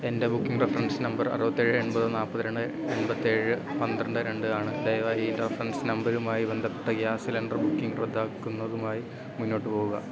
എൻറ്റെ booking reference number അറുപത്തേഴ് എൺപത് നാൽപ്പത്തിരണ്ട് എൺപത്തേഴ് പന്ത്രണ്ട് രണ്ട് ആണ് ദയവായി ഈ റഫ്രൻസ് നമ്പരുമായി ബന്ധപ്പെട്ട ഗ്യാസ് സിലിണ്ടർ ബുക്കിങ് റദ്ദാക്കുന്നതുമായി മുന്നോട്ട് പോകുക